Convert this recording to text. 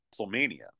WrestleMania